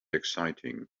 exciting